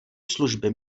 služby